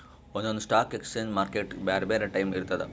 ಒಂದೊಂದ್ stock exchange ಮಾರ್ಕೆಟ್ಗ್ ಬ್ಯಾರೆ ಬ್ಯಾರೆ ಟೈಮ್ ಇರ್ತದ್